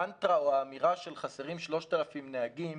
המנטרה או האמירה של חסרים 3,000 נהגים